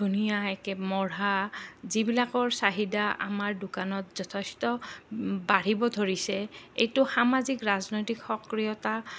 ধুনীয়া একে মূঢ়া যিবিলাকৰ চাহিদা আমাৰ দোকানত যথেষ্ট বাঢ়িব ধৰিছে এইটো সামাজিক ৰাজনৈতিক সক্ৰিয়তা